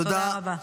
תודה רבה.